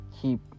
keep